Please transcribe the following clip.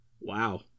Wow